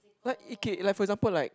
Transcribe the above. what okay like for example like